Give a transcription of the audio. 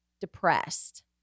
depressed